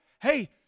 Hey